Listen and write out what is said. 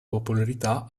popolarità